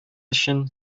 өчен